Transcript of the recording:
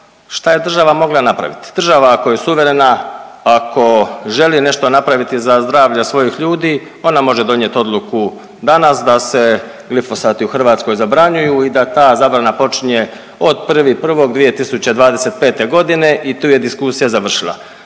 šta je država mogla napraviti. Država ako je suverena, ako želi nešto napraviti za zdravlje svojih ljudi ona može donijet odluku danas da se glifosati u Hrvatskoj zabranjuju i da ta zabrana počinje od 1.1.2025.g. i tu je diskusija završila.